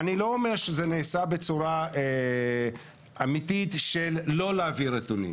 אני לא אומר שזה נעשה בצורה אמיתית שלא להעביר נתונים.